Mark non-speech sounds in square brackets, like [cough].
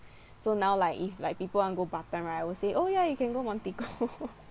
so now like if like people want go batam right I will say oh ya you can go Montigo [laughs]